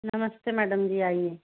नमस्ते मैडम आइएगा